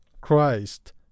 Christ